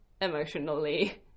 emotionally